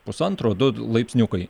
pusantro du laipsniukai